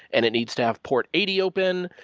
and it needs to have port eighty open,